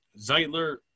Zeitler –